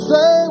Say